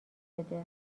بده